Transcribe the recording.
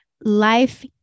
Life